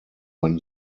when